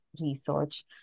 research